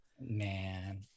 Man